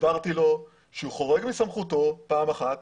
הסברתי לו שהוא חורג מסמכותו וכי אני